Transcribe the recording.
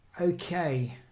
Okay